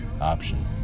option